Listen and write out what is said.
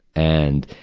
and,